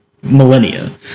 millennia